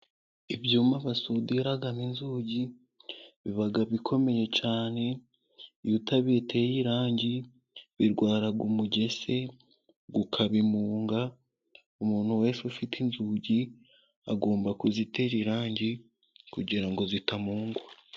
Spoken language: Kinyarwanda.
Ibyuma basudiza inzugi biba bikomeye cyane iyo utabiteye irangi birwara umugese ukabimunga, umuntu wese ufite inzugi agomba kuzitera irangi kugira ngo zitamungwa.